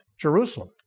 Jerusalem